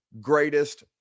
greatest